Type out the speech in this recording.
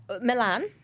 Milan